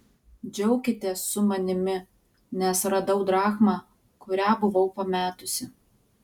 džiaukitės su manimi nes radau drachmą kurią buvau pametusi